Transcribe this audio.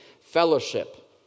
fellowship